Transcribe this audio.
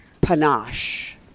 panache